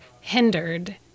hindered